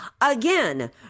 Again